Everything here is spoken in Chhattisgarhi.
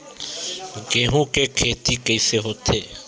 गेहूं के खेती कइसे होथे?